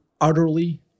utterly